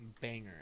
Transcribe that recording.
banger